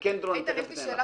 איתן, יש לי שאלה